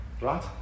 right